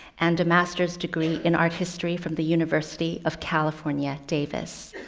and a master's degree in art history from the university of california davis.